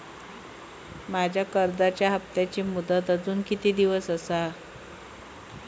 माझ्या कर्जाचा हप्ताची मुदत अजून किती दिवस असा?